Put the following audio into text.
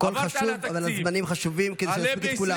הכול חשוב, אבל הזמנים חשובים כדי שנספיק את כולם.